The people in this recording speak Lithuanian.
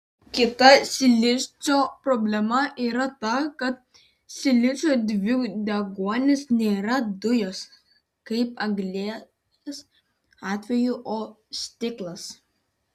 kita silicio problema yra ta kad silicio dvideginis nėra dujos kaip anglies atveju o stiklas